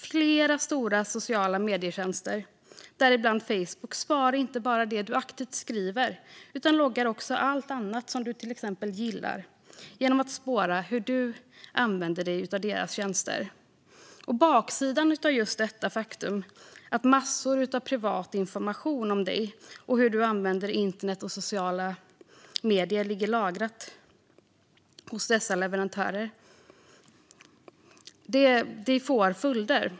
Flera stora sociala medietjänster, däribland Facebook, sparar inte bara det du aktivt skriver utan loggar också vad du "gillar" genom att spåra hur du använder dig av deras tjänster. Baksidan av detta är just det faktum att massor av privat information om dig och hur du använder internet och sociala medier ligger lagrat hos dessa leverantörer. Det får följder.